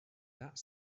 that